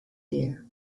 there